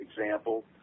example